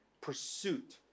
pursuit